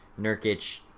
Nurkic